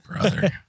Brother